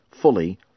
fully